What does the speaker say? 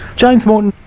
james morton,